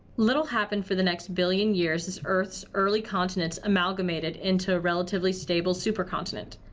little happened for the next billion years as earth's early continents amalgamated into a relatively stable supercontinent.